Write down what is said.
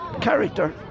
character